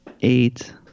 eight